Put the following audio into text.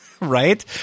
Right